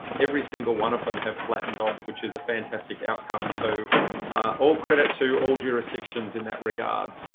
every single one of them have flattened off which is a fantastic outcome so all credit to all jurisdictions in that regard.